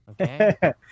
okay